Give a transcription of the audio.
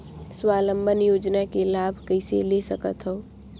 स्वावलंबन योजना के लाभ कइसे ले सकथव?